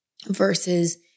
versus